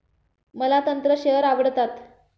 मला तंत्र शेअर आवडतात